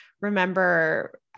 remember